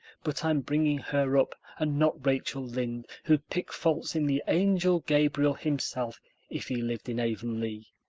but i'm bringing her up and not rachel lynde, who'd pick faults in the angel gabriel himself if he lived in avonlea.